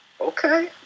Okay